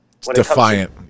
defiant